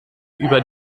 über